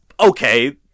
Okay